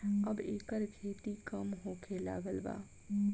अब एकर खेती कम होखे लागल बा